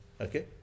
Okay